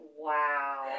Wow